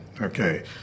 okay